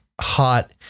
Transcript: hot